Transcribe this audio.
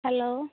hello